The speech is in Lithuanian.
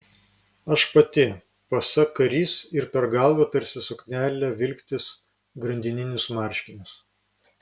aš pati pasak karys ir per galvą tarsi suknelę vilktis grandininius marškinius